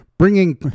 bringing